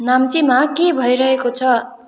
नाम्चीमा के भइरहेको छ